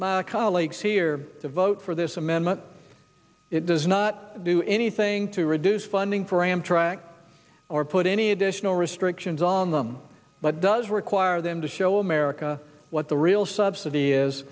my colleagues here to vote for this amendment it does not do anything to reduce funding for amtrak or put any additional restrictions on them but does require them to show america what the real subsidy is